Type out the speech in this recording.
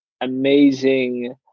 amazing